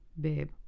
Babe